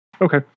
Okay